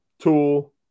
Tool